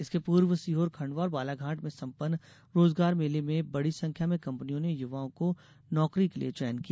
इसके पूर्व सीहोर खंडवा और बालाघाट में सम्पन्न रोजगार मेलों में बड़ी संख्या में कंपनियों ने युवाओं को नौकरी के लिए चयन किया